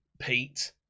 pete